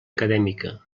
acadèmica